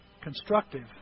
constructive